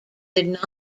did